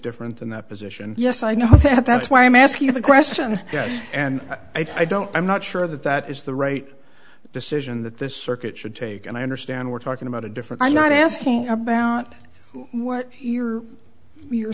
different than that position yes i know that that's why i'm asking you the question and i don't i'm not sure that that is the right decision that this circuit should take and i understand we're talking about a different i'm not asking about what your you